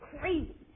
crazy